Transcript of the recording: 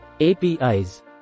APIs